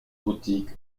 boutique